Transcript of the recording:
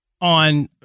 on